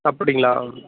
அப்படிங்களா